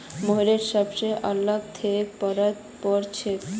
मोहिटर सब ला खेत पत्तर पोर छे